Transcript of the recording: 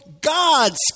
God's